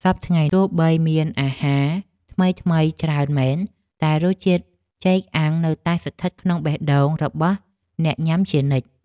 សព្វថ្ងៃទោះបីមានអាហារថ្មីៗច្រើនមែនតែរសជាតិចេកអាំងនៅតែស្ថិតក្នុងបេះដូងរបស់អ្នកញ៉ាំជានិច្ច។